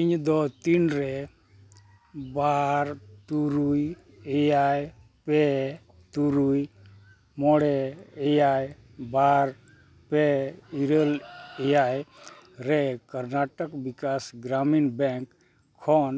ᱤᱧᱫᱚ ᱛᱤᱱᱨᱮ ᱵᱟᱨ ᱛᱩᱨᱩᱭ ᱮᱭᱟᱭ ᱯᱮ ᱛᱩᱨᱩᱭ ᱢᱚᱬᱮ ᱮᱭᱟᱭ ᱵᱟᱨ ᱯᱮ ᱤᱨᱟᱹᱞ ᱮᱭᱟᱭ ᱨᱮ ᱠᱚᱨᱱᱟᱴᱚᱠ ᱵᱤᱠᱟᱥ ᱜᱨᱟᱢᱤᱱ ᱵᱮᱝᱠ ᱠᱷᱚᱱ